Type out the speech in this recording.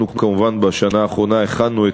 אנחנו, כמובן, בשנה האחרונה הכנו,